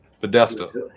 Podesta